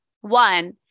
One